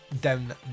down